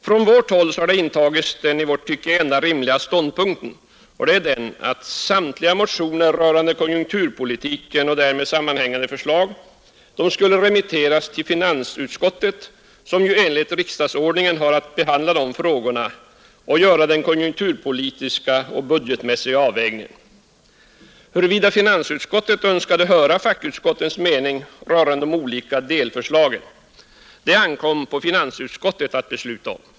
Från vårt håll har intagits den i vårt tycke enda rimliga ståndpunkten att samtliga motioner rörande konjunkturpolitiken 109 och därmed sammanhängande förslag skulle remitteras till finansutskottet som ju enligt riksdagsordningen har att behandla dessa frågor och göra den konjunkturpolitiska och budgetmässiga avvägningen. Huruvida finansutskottet önskade höra fackutskottens mening rörande de olika delförslagen ankom det på finansutskottet att besluta om.